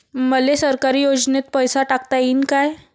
मले सरकारी योजतेन पैसा टाकता येईन काय?